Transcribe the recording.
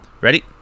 Ready